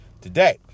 today